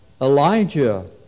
Elijah